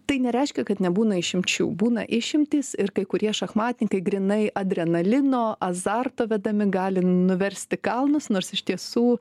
tai nereiškia kad nebūna išimčių būna išimtys ir kai kurie šachmatininkai grynai adrenalino azarto vedami gali nuversti kalnus nors iš tiesų